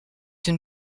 une